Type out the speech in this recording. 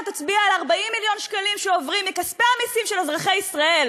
הצביעה על 40 מיליון שקלים שעוברים מכספי המסים של אזרחי ישראל